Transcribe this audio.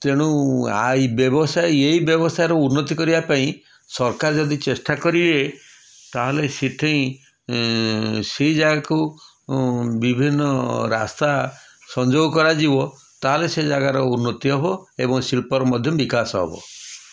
ତେଣୁ ଆଇ ବ୍ୟବସାୟୀ ଏଇ ବ୍ୟବସାୟୀର ଉନ୍ନତି କରିବା ପାଇଁ ସରକାର ଯଦି ଚେଷ୍ଟା କରିବେ ତାହେଲେ ସେଠେଇ ସେ ଜାଗାକୁ ବିଭିନ୍ନ ରାସ୍ତା ସଂଯୋଗ କରାଯିବ ତାହେଲେ ସେ ଜାଗାର ଉନ୍ନତି ହେବ ଏବଂ ଶିଳ୍ପର ମଧ୍ୟ ବିକାଶ ହେବ